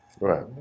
Right